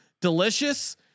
delicious